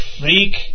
freak